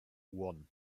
one